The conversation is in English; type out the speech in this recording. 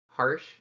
harsh